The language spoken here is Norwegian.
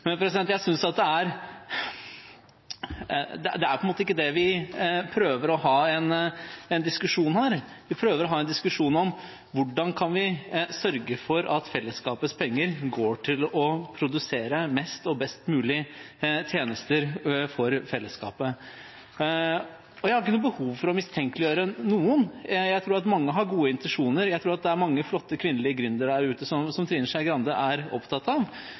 Men det er på en måte ikke det vi prøver å ha en diskusjon om her. Vi prøver å ha en diskusjon om hvordan vi kan sørge for at fellesskapets penger går til å produsere mest og best mulig tjenester for fellesskapet. Jeg har ikke noe behov for å mistenkeliggjøre noen. Jeg tror at mange har gode intensjoner. Jeg tror at det er mange flotte kvinnelige gründere der ute – som Trine Skei Grande er opptatt av